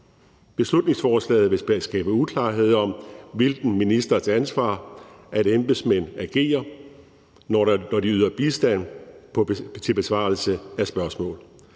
Beslutningsforslaget vil skabe uklarhed om, under hvilken ministers ansvar embedsmænd agerer, når de yder bistand til besvarelse af spørgsmål.